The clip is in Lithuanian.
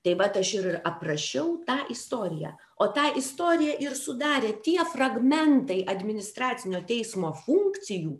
tai vat aš ir aprašiau tą istoriją o tą istoriją ir sudarė tie fragmentai administracinio teismo funkcijų